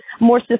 more